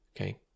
okay